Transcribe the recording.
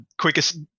quickest